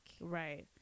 Right